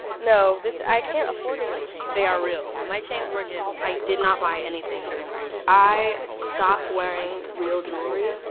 this, i can't afford a real chain. they are real. my chains were gifts. i did not buy anything that i'm wearing. i stopped wearing real jewelry,